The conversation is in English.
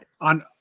on